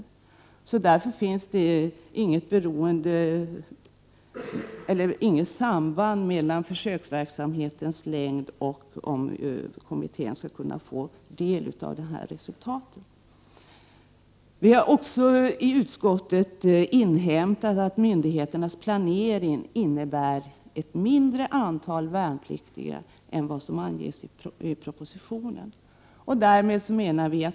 Det finns inget samband mellan försöksverksamhetens längd och försvarskommitténs möjlighet att ta del av resultaten. Utskottet har vidare inhämtat att myndigheternas planering innebär ett mindre antal värnpliktiga än vad som anges i propositionen.